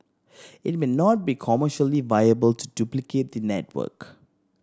it may not be commercially viable to duplicate the network